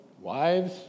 wives